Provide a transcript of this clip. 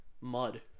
mud